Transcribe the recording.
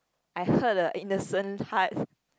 I hurt a innocent heart